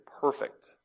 perfect